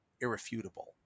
irrefutable